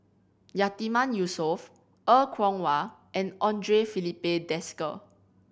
Yatiman Yusof Er Kwong Wah and Andre Filipe Desker